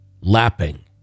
lapping